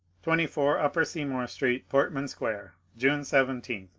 twenty four upper seymour street, portmak square, june seventeen,